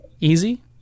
easy